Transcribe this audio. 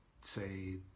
say